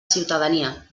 ciutadania